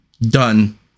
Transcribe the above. done